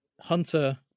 Hunter